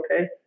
okay